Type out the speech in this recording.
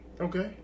Okay